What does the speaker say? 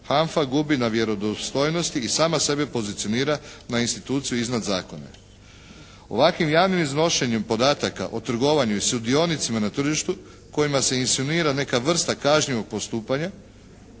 HANFA gubi na vjerodostojnost i sama sebi pozicionira na instituciju iznad zakona. Ovakvim javnim iznošenjem podataka o trgovanju i sudionicama na tržištu kojima se insinuira neka vrsta kažnjivog postupanja